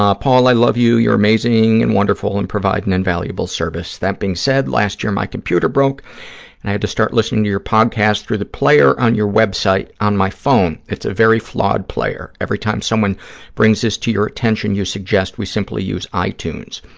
um paul, i love you. you're amazing and wonderful and provide an invaluable service. that being said, last year my computer broke and i had to start listening to your podcast through the player on your web site on my phone. it's a very flawed player. every time someone brings this to your attention, you suggest we simply use itunes.